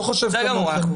לא חושב כמוכם.